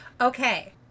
Okay